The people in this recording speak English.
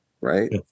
right